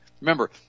Remember